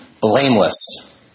blameless